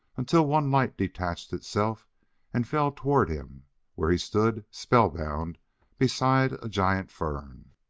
until one light detached itself and fell toward him where he stood spellbound beside a giant fern.